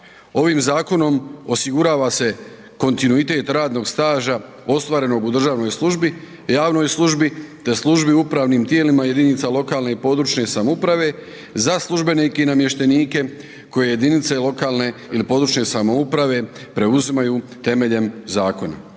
Ovim zakonom osigurava se kontinuitet radnog staža ostvarenog u državnoj službi, javnoj službi te službi u upravnim tijelima jedinica lokalne i područne samouprave za službenike i namještenike koje jedinice lokalne ili područne samouprave preuzimaju temeljem zakona.